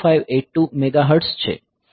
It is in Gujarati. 0582 મેગાહર્ટ્ઝ છે